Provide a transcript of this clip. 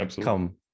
come